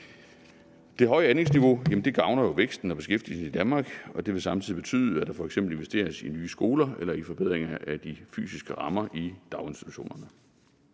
Det høje anlægsniveau gavner jo væksten og beskæftigelsen i Danmark, og det vil samtidig betyde, at der f.eks. investeres i nye skoler eller i forbedringer af de fysiske rammer i daginstitutionerne.